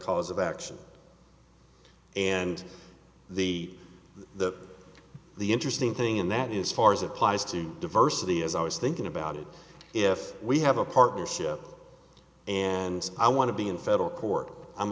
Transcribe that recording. cause of action and the the the interesting thing in that is far as applies to diversity as i was thinking about it if we have a partnership and i want to be in federal court i'm